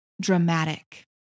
dramatic